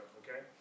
okay